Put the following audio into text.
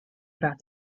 about